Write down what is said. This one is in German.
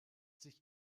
sich